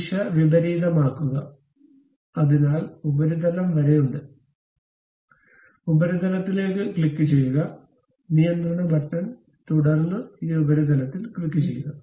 ദിശ വിപരീതമാക്കുക അതിനാൽ ഉപരിതലം വരെ ഉണ്ട് അതിനാൽ ഉപരിതലത്തിലേക്ക് ക്ലിക്കുചെയ്യുക നിയന്ത്രണ ബട്ടൺ തുടർന്ന് ഈ ഉപരിതലത്തിൽ ക്ലിക്കുചെയ്യുക